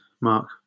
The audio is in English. Mark